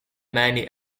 many